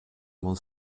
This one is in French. mon